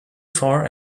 far